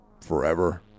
forever